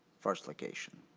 first location.